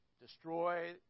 Destroy